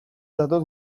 datoz